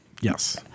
Yes